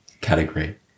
category